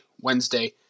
Wednesday